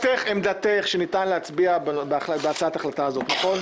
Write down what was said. עמדתך היא שניתן להצביע בהצעת החלטה הזאת, נכון?